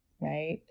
right